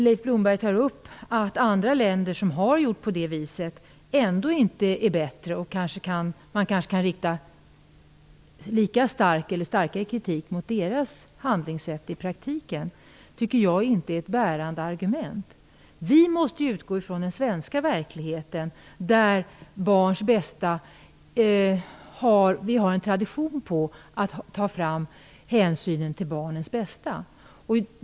Leif Blomberg säger att andra länder som har gjort på det viset ändå inte är bättre och att man kanske kan rikta lika stark, eller starkare, kritik mot deras handlingssätt i praktiken. Men det tycker inte jag är ett bärande argument. Vi måste utgå från den svenska verkligheten, där vi har som tradition att ta fram hänsynen till barnens bästa.